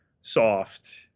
soft